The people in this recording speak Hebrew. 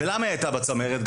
ולמה היא הייתה בצמרת?